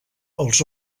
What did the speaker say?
els